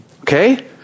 okay